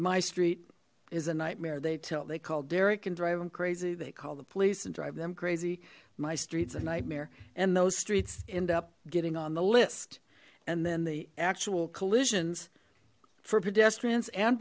my street is a nightmare they tell they call derek and drive them crazy they call the police and drive them crazy my streets of nightmare and those streets end up getting on the list and then the actual collisions for